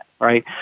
Right